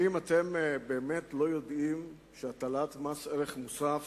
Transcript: האם אתם באמת לא יודעים שהטלת מס ערך מוסף